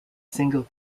single